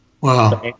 Wow